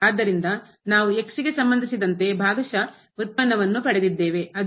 ಆದ್ದರಿಂದ ನಾವು ಗೆ ಸಂಬಂಧಿಸಿದಂತೆ ಭಾಗಶಃ ವ್ಯುತ್ಪನ್ನವನ್ನು ಪಡೆದಿದ್ದೇವೆ ಅದುಇಲ್ಲಿ